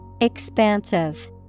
Expansive